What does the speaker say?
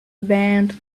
band